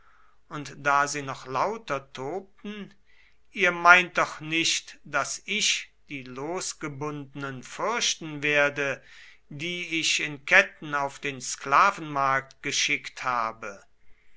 und da sie noch lauter tobten ihr meint doch nicht daß ich die losgebunden fürchten werde die ich in ketten auf den sklavenmarkt geschickt habe